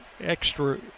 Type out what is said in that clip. extra